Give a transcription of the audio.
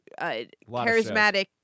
charismatic